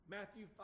Matthew